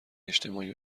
اجتماعی